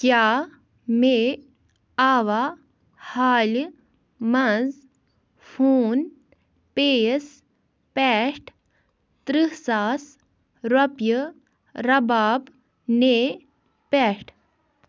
کیٛاہ مےٚ آوا حالہِ منٛز فون پے یَس پٮ۪ٹھ ترٕٛہ ساس رۄپیہِ رَباب نے پٮ۪ٹھ؟